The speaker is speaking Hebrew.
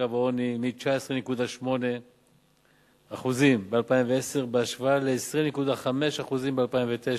לקו העוני מ-19.8% ב-2010 בהשוואה ל-20.5% ב-2009.